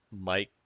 Mike